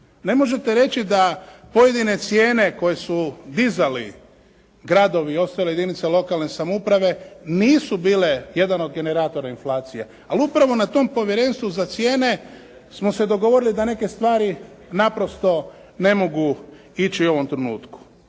Ne možete reći da pojedine cijene koje su dizali gradovi i ostale jedinice lokalne samouprave nisu bile jedan od generatora inflacije. Al upravo na tom Povjerenstvu za cijene smo se dogovorili da neke stvari naprosto ne mogu ići u ovom trenutku.